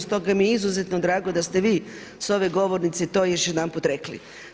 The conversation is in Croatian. Stoga mi je izuzetno drago da ste vi s ove govornice to još jedanput rekli.